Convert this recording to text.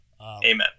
Amen